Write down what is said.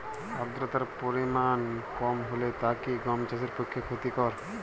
আর্দতার পরিমাণ কম হলে তা কি গম চাষের পক্ষে ক্ষতিকর?